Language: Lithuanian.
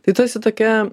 tai tu esi tokia